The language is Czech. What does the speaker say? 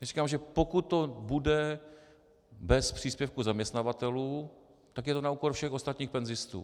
Říkám, že pokud to bude bez příspěvku zaměstnavatelů, tak je to na úkor všech ostatních penzistů.